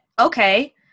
Okay